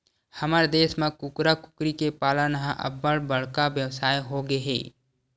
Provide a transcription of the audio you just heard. हमर देस म कुकरा, कुकरी के पालन ह अब्बड़ बड़का बेवसाय होगे हे